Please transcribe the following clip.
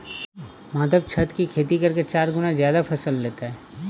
माधव छत की खेती करके चार गुना ज्यादा फसल लेता है